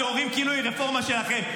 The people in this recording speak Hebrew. ואתם אומרים כאילו היא רפורמה שלכם.